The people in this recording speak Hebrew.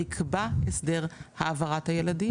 נקבע הסדר העברת הילדים.